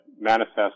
manifest